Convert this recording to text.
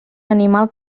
animal